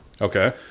Okay